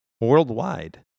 worldwide